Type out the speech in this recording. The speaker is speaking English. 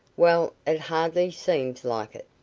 well, it hardly seems like it.